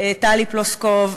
טלי פלוסקוב,